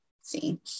see